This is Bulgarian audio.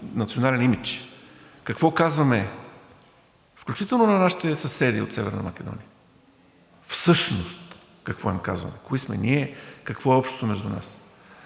национален имидж. Какво казваме, включително на нашите съседи от Северна Македония, всъщност какво им казваме? Кои сме ние, какво е общото между нас?